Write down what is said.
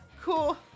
cool